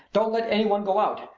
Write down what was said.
don't let any one go out!